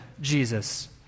Jesus